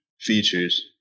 features